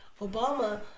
Obama